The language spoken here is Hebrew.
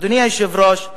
אדוני היושב-ראש,